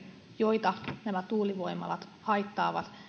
joita nämä tuulivoimalat haittaavat